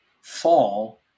fall